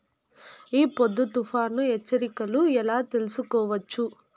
ఈ పొద్దు తుఫాను హెచ్చరికలు ఎలా తెలుసుకోవచ్చు?